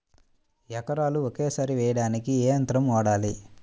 ఎకరాలు ఒకేసారి వేయడానికి ఏ యంత్రం వాడాలి?